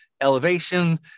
elevation